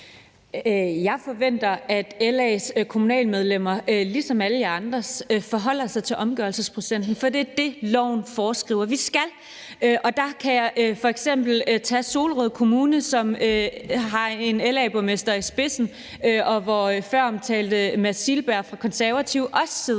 Jeg forventer, at LA's kommunalbestyrelsesmedlemmer, ligesom alle andre partiers medlemmer gør, forholder sig til omgørelsesprocenten, for det er det, loven foreskriver. Vi skal gøre det. Og der kan jeg f.eks. nævne Solrød Kommune, som har en LA-borgmester i spidsen, og hvor føromtalte Mads Silberg fra Konservative også sidder,